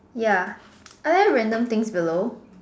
ya are there random things below